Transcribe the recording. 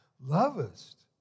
Lovest